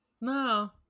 No